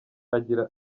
agira